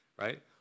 right